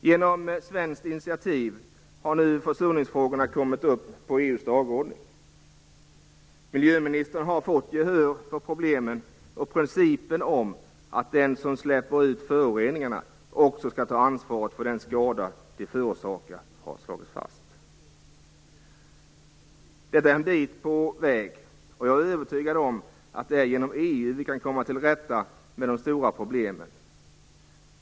Genom ett svenskt initiativ har nu försurningsfrågorna kommit upp på EU:s dagordning. Miljöministern har fått gehör för problemen, och principen att den som släpper ut föroreningarna också skall ta ansvaret för den skada de förorsakar har slagits fast. Detta är en bit på väg. Jag är övertygad om att det är genom EU vi kan komma tillrätta med de stora problemen.